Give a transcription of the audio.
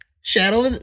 shadow